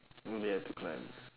oh they have to climb ya